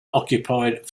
occupied